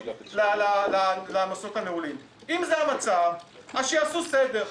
הנושא הזה הוא מציל חיים.